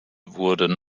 wurden